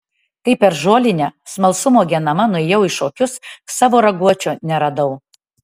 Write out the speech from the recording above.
kai per žolinę smalsumo genama nuėjau į šokius savo raguočio neradau